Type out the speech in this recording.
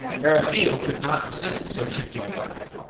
eriphyle could not resist so tempting a bribe,